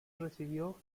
recibió